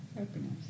Openness